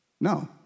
No